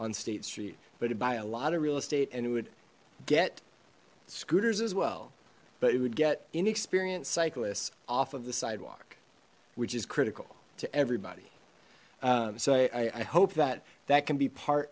on state street but i buy a lot of real estate and it would get scooters as well but it would get inexperienced cyclists off of the sidewalk which is critical to everybody so i i hope that that can be part